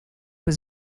was